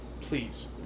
Please